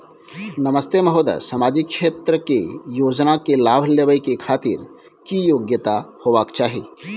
नमस्ते महोदय, सामाजिक क्षेत्र के योजना के लाभ लेबै के खातिर की योग्यता होबाक चाही?